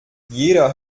jeder